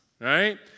Right